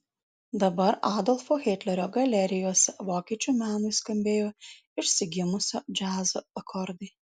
dabar adolfo hitlerio galerijose vokiečių menui skambėjo išsigimusio džiazo akordai